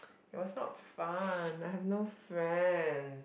it was not fun I have no friend